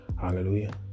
Hallelujah